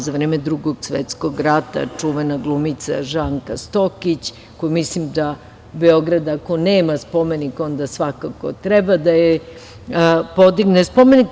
Zatim, za vreme Drugog svetskog rata čuvena glumica Žanka Stokić, koja mislim da Beograd ako nema spomenik, onda svakako treba da joj podigne spomenik.